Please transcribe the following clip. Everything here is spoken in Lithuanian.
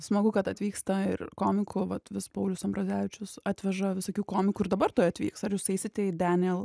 smagu kad atvyksta ir komikų vat vis paulius ambrazevičius atveža visokių komikų ir dabar tuoj atvyks ar jūs eisite į deniel